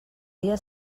dia